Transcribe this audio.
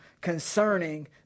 concerning